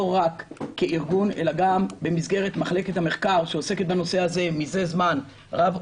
לא רק כארגון אלא גם במסגרת מחלקת המחקר שעוסקת בנושא הזה מזה זמן רב,